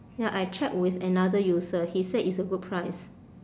ya I check with another user he said it's a good price